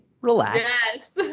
relax